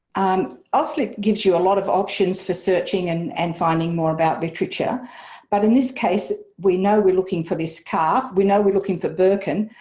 um auslit gives you a lot of options for searching and and finding more about literature but in this case we know we're looking for this calf, we know we're looking for birkin.